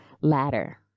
ladder